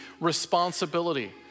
responsibility